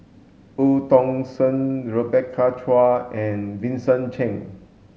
Eu Tong Sen Rebecca Chua and Vincent Cheng